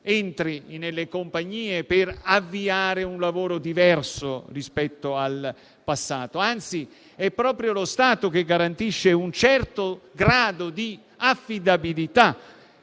entri nelle compagnie per avviare un lavoro diverso rispetto al passato; anzi, è proprio lo Stato a garantire un certo grado di affidabilità